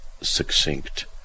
succinct